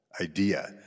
idea